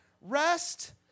Rest